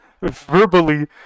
verbally